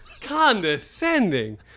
condescending